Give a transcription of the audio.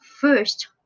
first